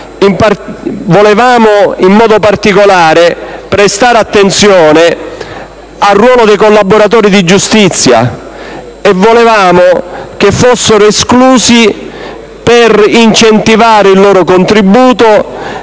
gravi. In modo particolare, volevamo prestare attenzione al ruolo dei collaboratori di giustizia e volevamo che fossero esclusi per incentivare il loro contributo,